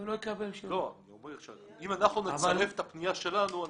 אם אנחנו נצרף את הפניה שלנו,